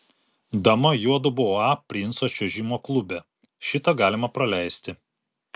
dama juodu boa princo čiuožimo klube šitą galima praleisti